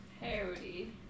Harry